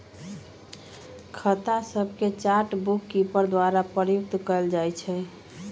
खता सभके chart bookkeeper द्वारा प्रयुक्त कएल जाइ छइ